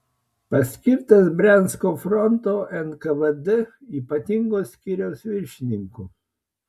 paskirtas briansko fronto nkvd ypatingo skyriaus viršininku